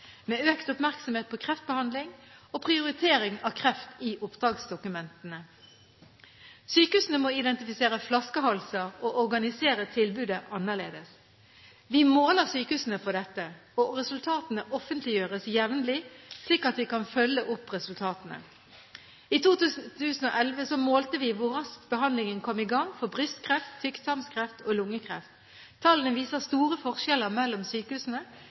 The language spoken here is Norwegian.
med økt oppmerksomhet på kreftbehandling og prioritering av kreft i oppdragsdokumentene. Sykehusene må identifisere flaskehalser og organisere tilbudet annerledes. Vi måler sykehusene på dette, og resultatene offentliggjøres jevnlig, slik at vi kan følge opp resultatene. I 2011 målte vi hvor raskt behandlingen kom i gang for brystkreft, tykktarmskreft og lungekreft. Tallene viser store forskjeller mellom sykehusene,